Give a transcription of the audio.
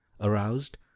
Aroused